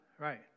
right